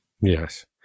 Yes